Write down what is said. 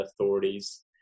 authorities